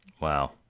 Wow